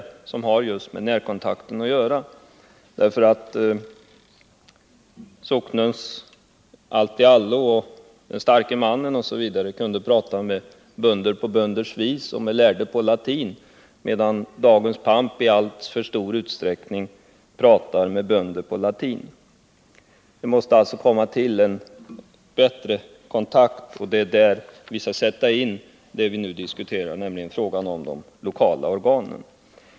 Denna skillnad har just med närkontakt att göra, därför att socknens alltiallo, den starke mannen, kunde tala med bönder på bönders vis och med lärde män på latin, medan dagens pamp i alltför stor utsträckning pratar med bönder på latin. Man måste alltså uppnå en bättre kontakt, och det är där vi skall sätta in det vi nu diskuterar, nämligen de lokala organen.